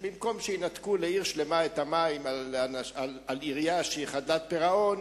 במקום שינתקו לעיר שלמה את המים בגלל עירייה שהיא חדלת פירעון,